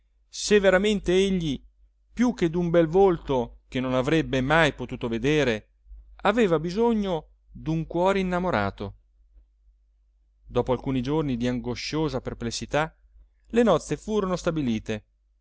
se veramente egli più che d'un bel volto che non avrebbe mai potuto vedere aveva bisogno d'un cuore innamorato dopo alcuni giorni di angosciosa perplessità le nozze furono stabilite